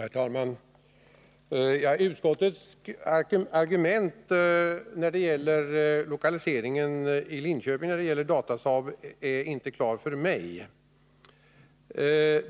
Herr talman! Utskottets argumentering är inte klar för mig vad beträffar Datasaabs lokalisering i Linköping.